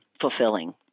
fulfilling